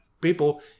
people